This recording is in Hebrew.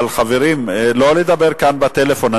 חברים, לא לדבר כאן בטלפון.